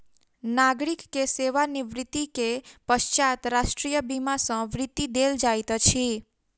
नागरिक के सेवा निवृत्ति के पश्चात राष्ट्रीय बीमा सॅ वृत्ति देल जाइत अछि